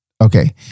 Okay